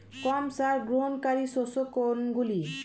কম সার গ্রহণকারী শস্য কোনগুলি?